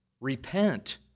Repent